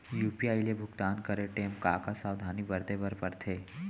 UPI ले भुगतान करे टेम का का सावधानी बरते बर परथे